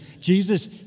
Jesus